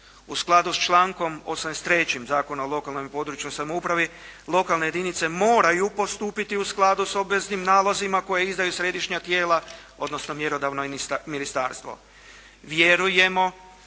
U skladu s člankom 83. Zakona o lokalnoj i područnoj samoupravi, lokalne jedinice moraju postupiti u skladu s obveznim nalozima koje izdaju središnja tijela odnosno mjerodavno ministarstvo.